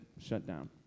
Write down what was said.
shutdown